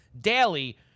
daily